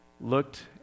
looked